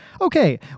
Okay